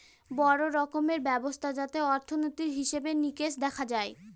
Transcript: বড়ো রকমের ব্যবস্থা যাতে অর্থনীতির হিসেবে নিকেশ দেখা হয়